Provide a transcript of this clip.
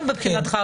המטרד.